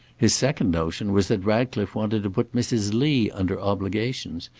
his second notion was that ratcliffe wanted to put mrs. lee under obligations,